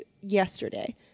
yesterday